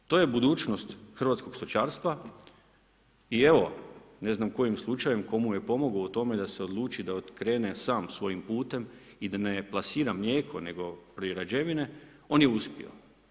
To je budućnost hrvatskog stočarstva i evo, ne znam kojim slučajem, tko mu je pomogao u tome da se odluči da krene sam svojim putem i da ne plasira mlijeko nego prerađevine, on je uspio.